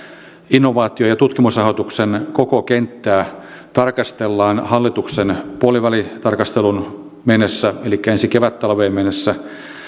innovaatio ja tutkimusrahoituksen koko kenttää tarkastellaan hallituksen puolivälitarkasteluun mennessä elikkä ensi kevättalveen mennessä